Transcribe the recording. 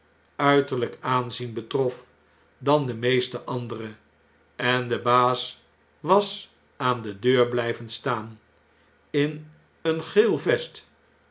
uiterljjk aanzien betrof dan de meeste andere en de baas was aan de deur bljjven staan in een geel vest